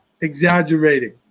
exaggerating